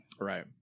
Right